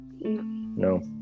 no